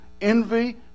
envy